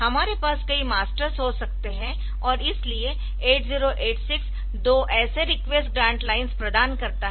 हमारे पास कई मास्टर्स हो सकते है और इसलिए 8086 दो ऐसेरिक्वेस्ट ग्रान्ट लाइन्स प्रदान करता है